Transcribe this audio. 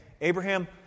Abraham